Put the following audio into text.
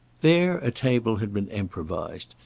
there a table had been improvised,